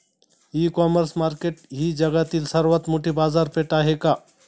इ commerce market ही जगातील सर्वात मोठी बाजारपेठ आहे का?